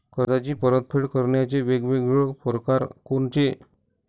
कर्जाची परतफेड करण्याचे वेगवेगळ परकार कोनचे?